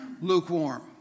lukewarm